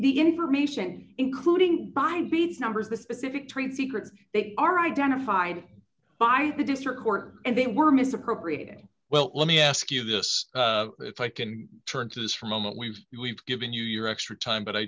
the information including mine be these numbers the specific trade secrets are identified by the district court and they were misappropriating well let me ask you this if i can turn to this for a moment we've we've given you your extra time but i